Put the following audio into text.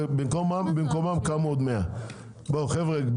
ובמקומם קמו עוד 100. בואו חבר'ה,